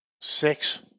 six